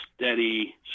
steady